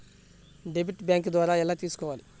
Debit bank ద్వారా ఎలా తీసుకోవాలి?